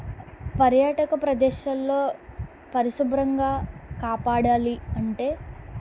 పర్యాటక ప్రదేశాల్లో పరిశుభ్రంగా కాపాడాలి అంటే